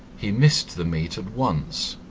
he missed the meat at once,